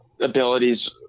abilities